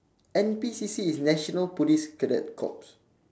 N_P_C_C is national police cadet corps